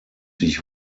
sich